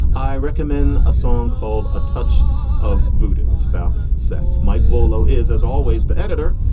i recommend a song called a touch of voodoo. it's about sex. mike volo is, as always, the editor.